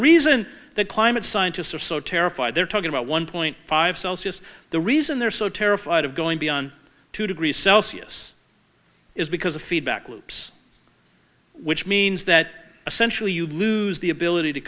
reason that climate scientists are so terrified they're talking about one point five celsius the reason they're so terrified of going beyond two degrees celsius is because of feedback loops which means that essentially you lose the ability to